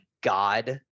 god